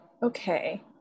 Okay